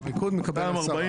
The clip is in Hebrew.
הליכוד מקבל 10 מיליון.